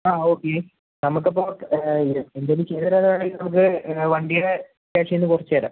ആ ഓക്കെ നമുക്ക് ഇപ്പം എന്തെങ്കിലും ചെയ്ത് തരാൻ ആണെങ്കിൽ നമുക്ക് വണ്ടിയുടെ ക്യാഷിൽ നിന്ന് കുറച്ച് തരാം